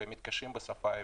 שמתקשים בשפה העברית,